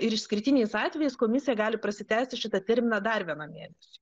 ir išskirtiniais atvejais komisija gali prasitęsti šitą terminą dar vienam mėnesiui